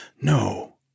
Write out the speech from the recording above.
No